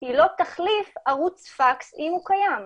היא לא תחליף ערוץ פקס, אם הוא קיים.